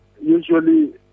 usually